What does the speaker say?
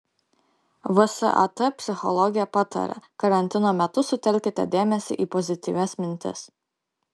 vsat psichologė pataria karantino metu sutelkite dėmesį į pozityvias mintis